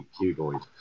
cuboid